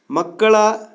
ಮಕ್ಕಳ